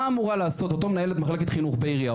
מה אמורה לעשות מנהלת מחלקת חינוך בעירייה?